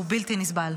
היא בלתי נסבלת.